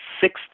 sixth